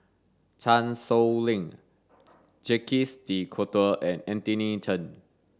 Chan Sow Lin Jacques de Coutre and Anthony Chen